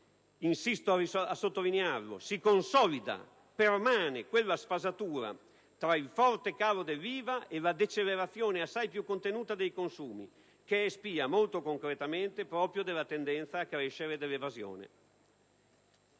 insisto a sottolinearlo: permane e si consolida quella sfasatura tra il forte calo dell'IVA e la decelerazione assai più contenuta dei consumi, che è spia, molto concretamente, proprio della tendenza a crescere dell'evasione.